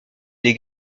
les